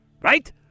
right